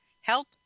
Help